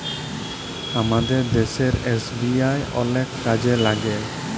আমাদের দ্যাশের এস.বি.আই অলেক কাজে ল্যাইগে